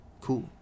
cool